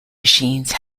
machines